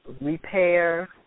repair